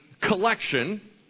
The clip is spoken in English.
collection